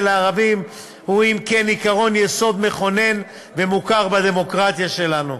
הערבים הוא אם כן עקרון יסוד מכונן ומוכר בדמוקרטיה שלנו,